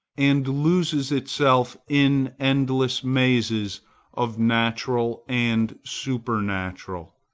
and loses itself in endless mazes of natural and supernatural,